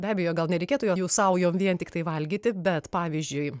be abejo gal nereikėtų jų saujom vien tiktai valgyti bet pavyzdžiui